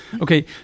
okay